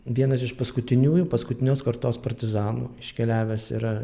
vienas iš paskutiniųjų paskutinios kurtos partizanų iškeliavęs yra